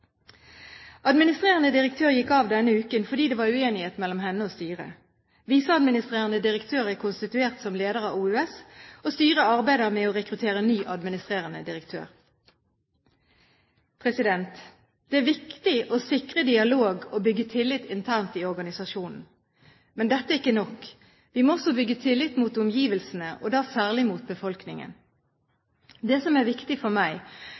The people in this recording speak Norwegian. Administrerende direktør gikk av denne uken fordi det var uenighet mellom henne og styret. Viseadministrerende direktør er konstituert som leder av Oslo universitetssykehus, og styret arbeider med å rekruttere ny administrerende direktør. Det er viktig å sikre dialog og bygge tillit internt i organisasjonen. Men dette er ikke nok. Vi må også bygge tillit mot omgivelsene, og da særlig mot befolkningen. Det som er viktig for meg,